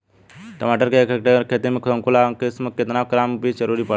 टमाटर के एक हेक्टेयर के खेती में संकुल आ संकर किश्म के केतना ग्राम के बीज के जरूरत पड़ी?